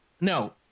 No